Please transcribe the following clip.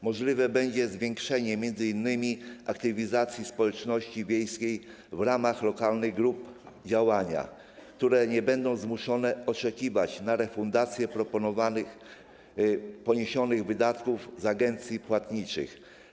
Możliwe będzie zwiększenie m.in. aktywizacji społeczności wiejskiej w ramach lokalnych grup działania, które nie będą musiały oczekiwać na refundację poniesionych wydatków z agencji płatniczych.